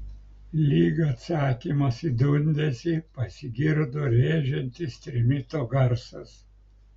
lyg atsakymas į dundesį pasigirdo rėžiantis trimito garsas